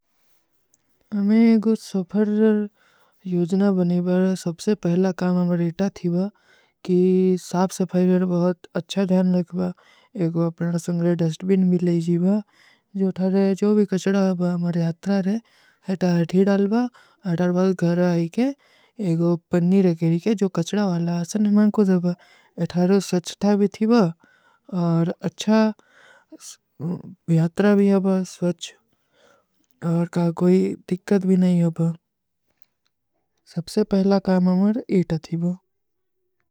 ହମେଂ ଏଗୋ ସୋପର ଯୋଜନା ବନୀ ବାର, ସବସେ ପହଲା କାମ ହମରେ ଇତା ଥୀ ବାର। କି ସାପ ସପାଈଵର ବହୁତ ଅଚ୍ଛା ଧ୍ଯାନ ଲଗବା, ଏଗୋ ପ୍ରଣ ସଂଗଲେ ଡେସ୍ଟ ବିନ ଭୀ ଲେଜୀବା, ସବସେ ପହଲା କାମ ହମରେ ଇତା ଥୀ ବାର।